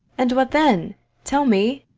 and what then tell me!